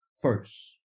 first